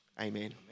Amen